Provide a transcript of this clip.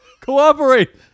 Cooperate